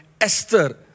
Esther